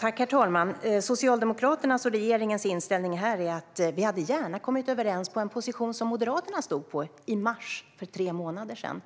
Herr talman! Socialdemokraternas och regeringens inställning här är att vi gärna hade kommit överens om den position som Moderaterna stod på i mars, för tre månader sedan.